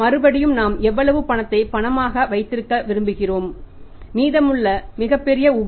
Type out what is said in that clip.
மறுபடியும் நாம் எவ்வளவு பணத்தை பணமாக வைத்திருக்க விரும்புகிறோம் மீதமுள்ள பகுதி மிகப் பெரிய உபரி